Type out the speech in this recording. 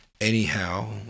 Anyhow